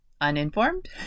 uninformed